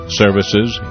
services